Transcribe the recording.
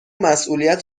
مسئولیت